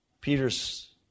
Peter's